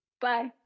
Bye